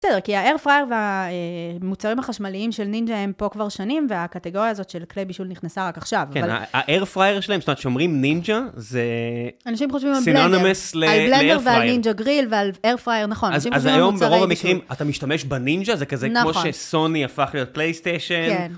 בסדר, כי הארפרייר והמוצרים החשמליים של נינג'ה הם פה כבר שנים, והקטגוריה הזאת של כלי בישול נכנסה רק עכשיו. כן, הארפרייר שלהם, זאת אומרת שאומרים נינג'ה, זה... אנשים חושבים על בלנדר, על בלנדר ועל נינג'ה גריל ועל ארפרייר, נכון. אנשים חושבים על מוצרי... אז היום ברוב המקרים אתה משתמש בנינג'ה, זה כזה כמו שסוני הפך ל-פלייסטיישן. כן.